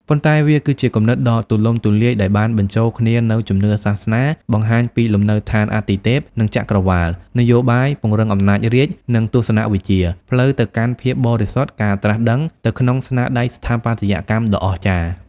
ប៉ុន្តែវាគឺជាគំនិតដ៏ទូលំទូលាយដែលបានបញ្ចូលគ្នានូវ ជំនឿសាសនា បង្ហាញពីលំនៅដ្ឋានអាទិទេព និងចក្រវាឡ នយោបាយ ពង្រឹងអំណាចរាជ្យ និង ទស្សនវិជ្ជា ផ្លូវទៅកាន់ភាពបរិសុទ្ធ ការត្រាស់ដឹង ទៅក្នុងស្នាដៃស្ថាបត្យកម្មដ៏អស្ចារ្យ។